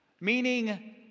meaning